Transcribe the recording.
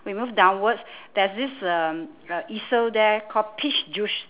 we move downwards there's this um uh easel there called peach juice